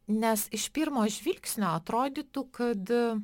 nes iš pirmo žvilgsnio atrodytų kad